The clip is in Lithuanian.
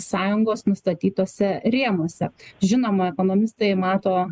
sąjungos nustatytuose rėmuose žinoma ekonomistai mato